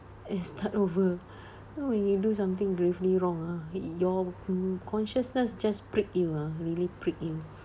and start over we do something gravely wrong ah your consciousness just prick you ah really prick you